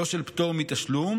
לא של פטור מתשלום,